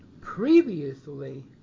previously